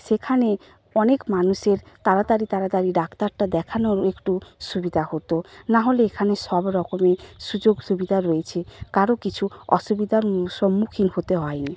সেখানে অনেক মানুষের তাড়াতাড়ি তাড়াতাড়ি ডাক্তারটা দেখানো একটু সুবিধা হতো না হলে এখানে সব রকমই সুযোগ সুবিধা রয়েছে কারো কিছু অসুবিধার সম্মুখীন হতে হয়নি